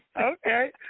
Okay